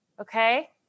Okay